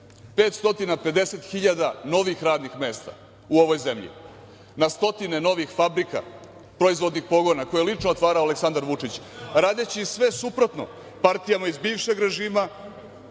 hiljada novih radnih mesta u ovoj zemlji, na stotine novih fabrika, proizvodnih pogona koje je lično otvarao Aleksandar Vučić, radeći sve suprotno partijama iz bivšeg režima